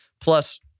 plus